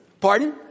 Pardon